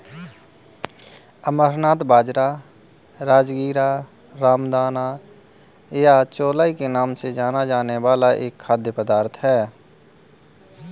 अमरनाथ बाजरा, राजगीरा, रामदाना या चौलाई के नाम से जाना जाने वाला एक खाद्य पदार्थ है